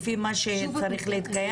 לפי מהצריך להתקיים?